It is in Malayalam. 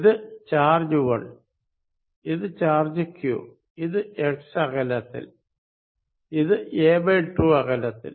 ഇത് ചാർജ് 1 ഇത് ചാർജ് q ഇത് x അകലത്തിൽ ഇത് a2 അകലത്തിൽ